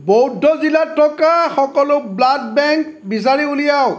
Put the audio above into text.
বৌদ্ধ জিলাত থকা সকলো ব্লাড বেংক বিচাৰি উলিয়াওক